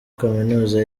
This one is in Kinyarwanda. kaminuza